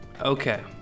Okay